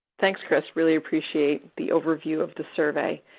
thanks, chris. really appreciate the overview of the survey.